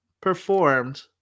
performed